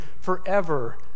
forever